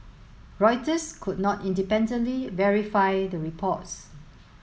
Reuters could not independently verify the reports